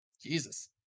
Jesus